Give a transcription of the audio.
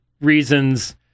reasons